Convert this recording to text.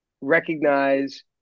recognize